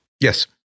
Yes